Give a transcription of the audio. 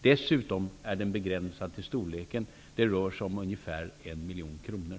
Dessutom är den begränsad till storleken. Det rör sig om ungefär 1 miljon kronor.